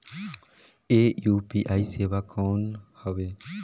ये यू.पी.आई सेवा कौन हवे?